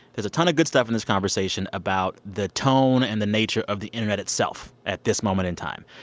there's a ton of good stuff in this conversation about the tone and the nature of the internet itself at this moment in time,